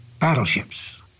battleships